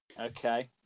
Okay